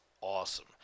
awesome